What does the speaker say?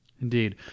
Indeed